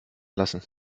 lassen